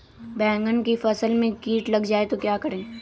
बैंगन की फसल में कीट लग जाए तो क्या करें?